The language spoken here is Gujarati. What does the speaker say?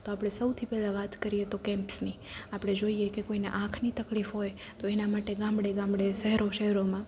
તો આપણે સૌથી પેલા વાત કરીએ તો કેમ્પસની આપણે જોઈએ કે કોઈને આંખની તકલીફ હોય તો એના માટે ગામડે ગામડે શહેરો શહેરોમાં